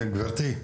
גברתי,